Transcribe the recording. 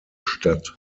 statt